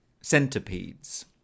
centipedes